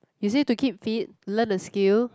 you say to keep fit learn a skill